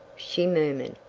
she murmured.